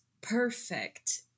perfect